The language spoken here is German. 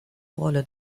rolle